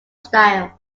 style